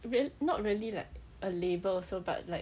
well not really like a label also but like